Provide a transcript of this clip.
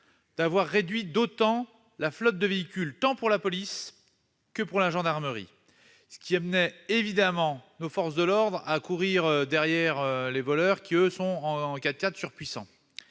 de réduire autant la flotte des véhicules, tant de la police que de la gendarmerie. Cela conduit évidemment nos forces de l'ordre à courir derrière des voleurs qui, eux, roulent en 4x4 surpuissants